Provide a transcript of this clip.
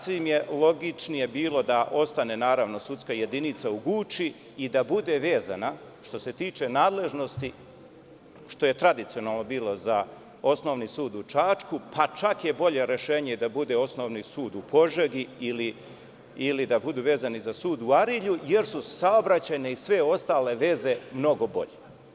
Sasvim je logičnije bilo da ostane sudska jedinica u Guči i da bude vezana, što se tiče nadležnosti, što je tradicionalno i bilo, za Osnovni sud u Čačku, pa čak je bolje rešenje da bude Osnovni sud u Požegi ili da budu vezani za sud u Arilju, jer su saobraćajne i sve ostale veze mnogo bolje.